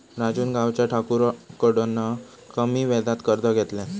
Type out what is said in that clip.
राजून गावच्या ठाकुराकडना कमी व्याजात कर्ज घेतल्यान